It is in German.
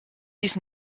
dies